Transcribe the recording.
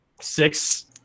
Six